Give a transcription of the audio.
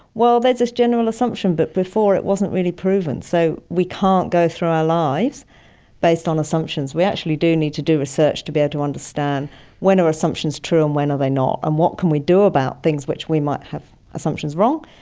well, there's this general assumption but before it wasn't really proven. so we can't go through our lives based on assumptions, we actually do need to do research to be able to understand when are assumptions true and when are they not, and what can we do about things where we might have assumptions wrong,